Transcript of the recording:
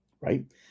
right